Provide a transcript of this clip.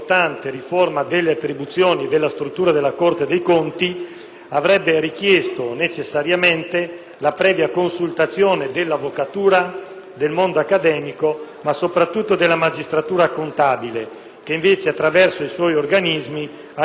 avrebbe richiesto, necessariamente, la previa consultazione dell'avvocatura, del mondo accademico ma, soprattutto, della magistratura contabile. Questa, invece, attraverso i suoi organismi, ha criticato in maniera abbastanza pesante la riforma in esame.